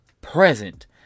present